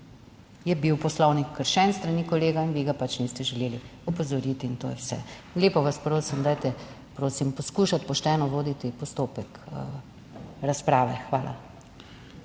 je bil Poslovnik kršen s strani kolega in vi ga pač niste želeli opozoriti in to je vse. Lepo vas prosim, dajte prosim poskušati pošteno voditi postopek razprave. Hvala.